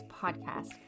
podcast